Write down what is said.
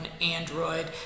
Android